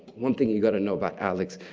one thing you gotta know about alex,